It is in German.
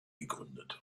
gegründet